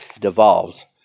devolves